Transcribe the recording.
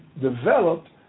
developed